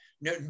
No